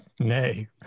nay